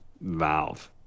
Valve